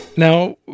Now